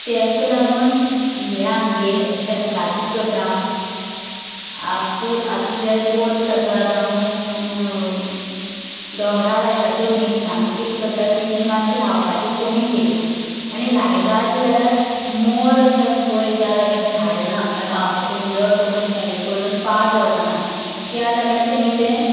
ताका लागून हे आमगे शेतकार कितें करता आप आत तें पोर्स आसा जावं डोंगरा लायता त्यो मिरसांगो कितें करता तेमी मातशें कमी केल्या आनी लायताय बी जाल्यार मोळ अशें आसा पळय ज्या जाग्यार झाड ना म्हळ्यार पावसाचे उदक पडून थेंबे पडून पाड जावपाना त्या जाग्यार तेमी तें